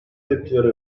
tepkilere